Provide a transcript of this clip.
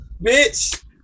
bitch